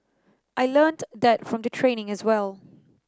I learnt that from the training as well